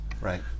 Right